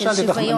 לא שאלתי אותך,